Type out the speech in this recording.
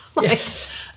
Yes